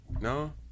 No